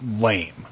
lame